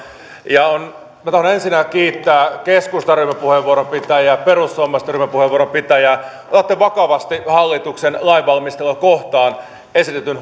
minä tahdon ensinnä kiittää keskustan ryhmäpuheenvuoron pitäjää perussuomalaisten ryhmäpuheenvuoron pitäjää te otatte vakavasti hallituksen lainvalmistelua kohtaan esitetyn